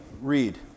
read